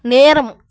நேரம்